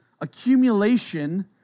accumulation